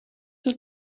was